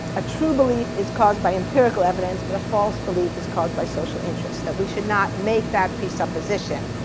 a true belief is caused by empirical evidence but a false belief is caused by social interests, that we should not make that presupposition.